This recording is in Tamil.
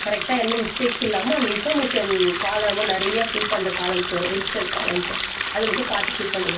கரெக்டாக எந்த மிஸ்டேக்ஸ்ஸும் இல்லாமல் அந்த இன்ஃபர்மேஷன் காலமும் நிறையா ஃபில் பண்ற காலம்ஸ் வரும் ரிஜிஸ்டர்ஸ் காலம்ஸ் அது மட்டும் பார்த்து ஃபில் பண்ணிவிடுங்க